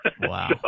Wow